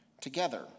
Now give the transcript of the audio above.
together